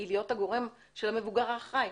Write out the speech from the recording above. היא להיות הגורם של המבוגר האחראי.